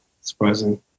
Surprising